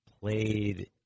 Played